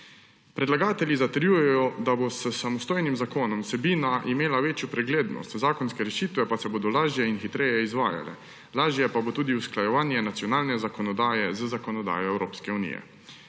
Predlagatelji zatrjujejo, da bo s samostojnim zakonom vsebina imela večjo preglednost, zakonske rešitve pa se bodo lažje in hitreje izvajale, lažje pa bo tudi usklajevanje nacionalne zakonodaje z zakonodajo Evropske unije.